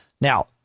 Now